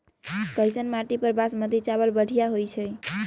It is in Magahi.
कैसन माटी पर बासमती चावल बढ़िया होई छई?